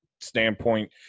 standpoint